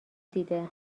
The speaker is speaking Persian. دیده